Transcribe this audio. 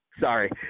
sorry